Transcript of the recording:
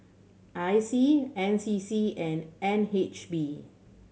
I C N C C and N H B